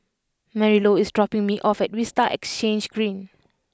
Marylou is dropping me off at Vista Exhange Green